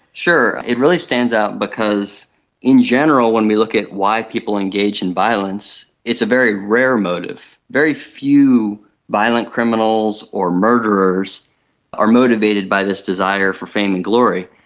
sure. it really stands out because in general when we look at why people engage in violence, it's a very rare motive. very few violent criminals or murderers are motivated by this desire for fame and glory,